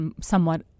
somewhat